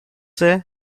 claimed